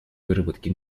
выработки